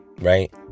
right